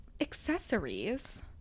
accessories